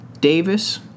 Davis